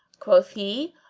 quoth he,